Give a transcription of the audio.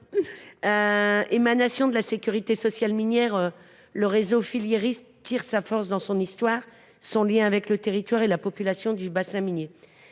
Émanation de la sécurité sociale minière, le réseau Filiéris tire sa force de son histoire, de son lien avec le territoire et la population du bassin minier.